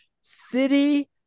City